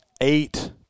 eight